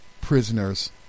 prisoners